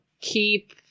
keep